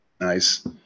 Nice